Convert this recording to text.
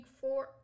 four